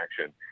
action